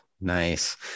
Nice